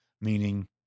meaning